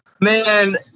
Man